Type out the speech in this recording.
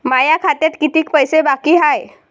माया खात्यात कितीक पैसे बाकी हाय?